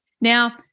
Now